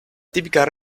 típica